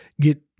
get